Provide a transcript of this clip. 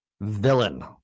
villain